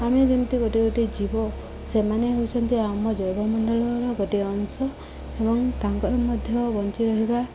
ଆମେ ଯେମିତି ଗୋଟେ ଗୋଟେ ଜୀବ ସେମାନେ ହେଉଛନ୍ତି ଆମ ଜୈବମଣ୍ଡଳର ଗୋଟିଏ ଅଂଶ ଏବଂ ତାଙ୍କର ମଧ୍ୟ ବଞ୍ଚି ରହିବା